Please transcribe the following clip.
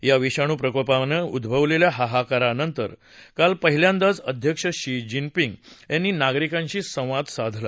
या विषाणू प्रकोपानं उद्भवलेल्या हाहाकारानंतर काल पहिल्यांदाच अध्यक्ष शी जिनपिंग यांनी नागरिकांशी संवाद साधला